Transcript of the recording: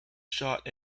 shot